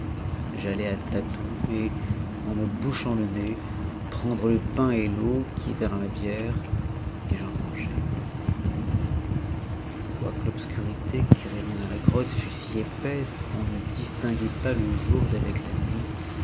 j'allai à tâtons et en me bouchant le nez prendre le pain et l'eau qui étaient dans ma bière et j'en mangeai quoique l'obscurité qui régnait dans la grotte fût si épaisse qu'on ne distinguait pas le jour d'avec la nuit